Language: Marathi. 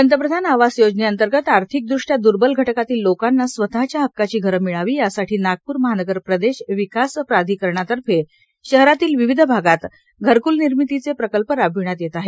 पंतप्रधान आवास योजने अंतर्गत आर्थिक दृष्टया दुर्बल घटकातील लोकांना स्वतःच्या हक्काची घरे मिळावी यासाठी नागपूर महानगर प्रदेश विकास प्राधिकरणातर्फे शहरातील विविध भागात घरक्ल निर्मितीचे प्रकल्प राबविण्यात येत आहे